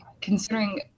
considering